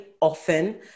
often